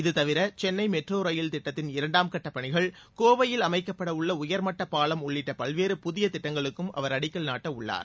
இதுதவிர Chennai metro rail திட்டத்தின் இரண்டாம் கட்டப் பணிகள் கோவையில் அமைக்கப்படவுள்ள உயர்மட்டப் பாலம் உள்ளிட்ட பல்வேறு புதிய திட்டங்களுக்கும் அவர் அடிக்கல் நாட்டவுள்ளார்